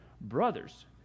Brothers